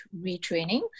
retraining